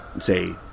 say